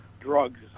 drugs